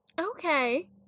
Okay